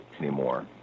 anymore